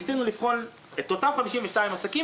ניסינו לבחון את אותם 52 עסקים,